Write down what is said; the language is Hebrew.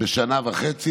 בשנה וחצי,